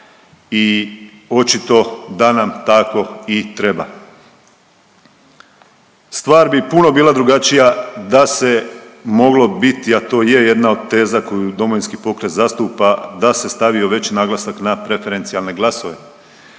i očito da nam tako i treba. Stvar bi puno bila drugačija da se moglo biti, a to je jedna od teza koju Domovinski pokret zastupa da se stavio veći naglasak na preferencijalne glasove.